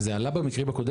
וזה עלה בדיון הקודם,